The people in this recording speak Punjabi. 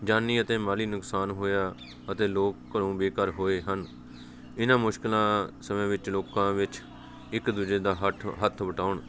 ਜਾਨੀ ਅਤੇ ਮਾਲੀ ਨੁਕਸਾਨ ਹੋਇਆ ਅਤੇ ਲੋਕ ਘਰੋਂ ਬੇਘਰ ਹੋਏ ਹਨ ਇਹਨਾਂ ਮੁਸ਼ਕਿਲਾਂ ਸਮੇਂ ਵਿੱਚ ਲੋਕਾਂ ਵਿੱਚ ਇੱਕ ਦੂਜੇ ਦਾ ਹਠ ਹੱਥ ਵਟਾਉਣ